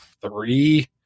three